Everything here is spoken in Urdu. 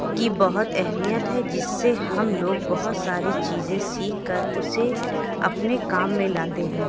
کی بہت اہمیت ہے جس سے ہم لوگ بہت ساری چیزیں سیکھ کر اسے اپنے کام میں لاتے ہیں